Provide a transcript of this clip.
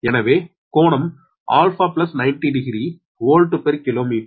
எனவே கோணம் 𝛼 900 volt per kilometre